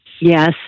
Yes